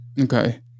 okay